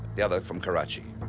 the other from karachi.